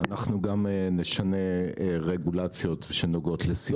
אנחנו גם נשנה רגולציות שנוגעות לסימון מוצרים.